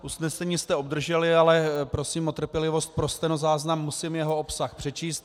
Usnesení jste obdrželi, ale prosím o trpělivost, pro stenozáznam musím jeho obsah přečíst.